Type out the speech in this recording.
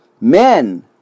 Men